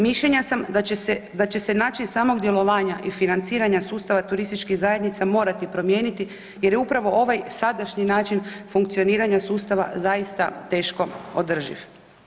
Mišljenja sam da će se, da će se način samog djelovanja i financiranja sustava turističkih zajednica morati promijeniti jer je upravo ovaj sadašnji način funkcioniranja sustava zaista teško održiv.